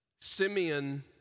Simeon